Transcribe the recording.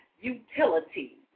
utility